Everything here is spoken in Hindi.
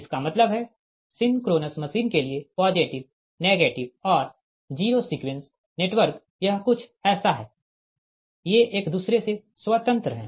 इसका मतलब है सिंक्रोनस मशीन के लिए पॉजिटिव नेगेटिव और जीरो सीक्वेंस नेटवर्क यह कुछ ऐसा है ये एक दूसरे से स्वतंत्र है